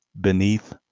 Beneath